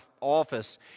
office